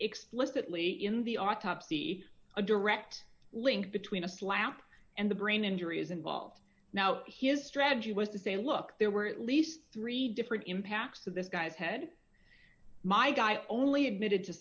explicitly in the autopsy a direct link between a slap and the brain injury is involved now his strategy was to say look there were at least three different impacts to this guy's head my guy only admitted to